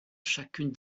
chacune